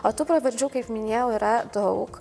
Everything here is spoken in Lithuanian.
o tų pravardžių kaip minėjau yra daug